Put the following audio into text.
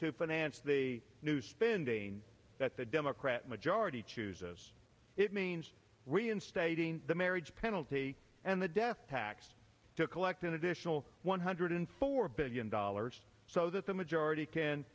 to finance the new spending that the democrat majority chooses it means reinstating the marriage penalty and the death tax to collect an additional one hundred four billion dollars so that the majority can